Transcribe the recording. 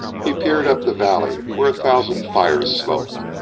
he peered up the valley where a thousand fires smoked.